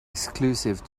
exclusive